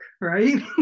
right